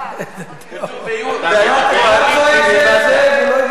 אתה צועק "זאב, זאב", הוא לא הביא כלום.